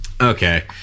Okay